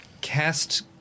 cast